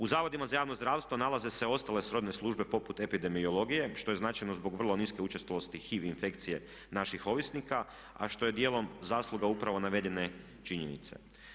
U zavodima za javno zdravstvo nalaze se ostale srodne službe poput epidemiologije što je značajno zbog vrlo niske učestalosti HIV infekcije naših ovisnika, a što je dijelom zasluga upravo navedene činjenice.